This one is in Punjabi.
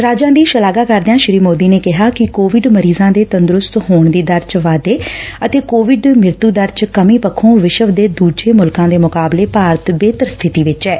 ਰਾਜਾਂ ਦੀ ਸ਼ਲਾਘਾ ਕਰਦਿਆਂ ਸ੍ਰੀ ਮੋਦੀ ਨੇ ਕਿਹਾ ਕਿ ਕੋਵਿਡ ਮਰੀਜ਼ਾਂ ਦੇ ਤੰਦਰੁਸਤ ਹੋਣ ਦੀ ਦਰ ਚ ਵਾਧੇ ਅਤੇ ਕੋਵਿਡ ਮ੍ਰਾਂਤੁ ਦਰ ਚ ਕਮੀ ਪੱਖੋ ਵਿਸ਼ਵ ਦੇ ਦੂਜੇ ਮੁਲਕਾ ਦੇ ਮੁਕਾਬਲੇ ਭਾਰਤ ਬਿਹਤਰ ਸਬਿਤੀ ਵਿਚ ਏ